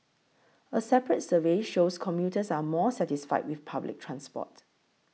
a separate survey shows commuters are more satisfied with public transport